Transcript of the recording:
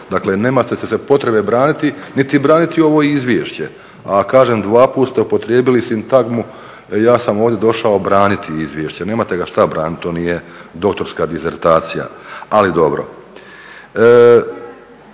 Dakle, nemate se potrebe braniti niti braniti ovo izvješće. A kažem dvaput ste upotrijebili sintagmu ja sam ovdje došao braniti izvješće. Nemate ga što braniti to nije doktorska disertacija. Ali dobro.